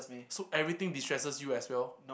so everything de-stresses you as well